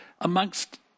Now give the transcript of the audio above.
amongst